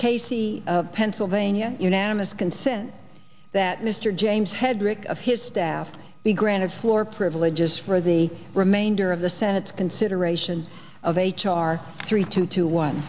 casey of pennsylvania unanimous consent that mr james hedrick of his staff be granted floor privileges for the remainder of the senate's consideration of h r three two